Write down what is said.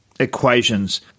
equations